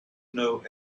know